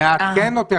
נעדכן אותך.